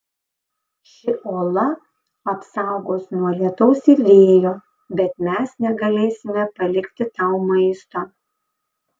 ši uola apsaugos nuo lietaus ir vėjo bet mes negalėsime palikti tau maisto